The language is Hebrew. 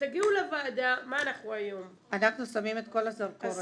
אנחנו שמים את כל הזרקור על זה.